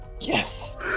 Yes